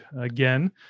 again